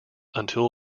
until